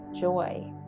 joy